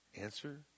Answer